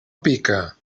pica